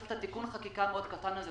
צריך את תיקון החקיקה המאוד קטן הזה.